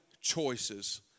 choices